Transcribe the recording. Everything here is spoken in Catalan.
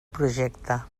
projecte